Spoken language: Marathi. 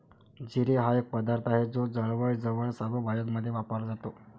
जिरे हा एक पदार्थ आहे जो जवळजवळ सर्व भाज्यांमध्ये वापरला जातो